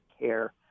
care